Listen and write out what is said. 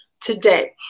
today